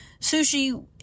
Sushi